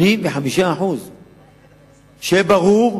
85%. שיהיה ברור,